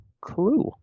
clue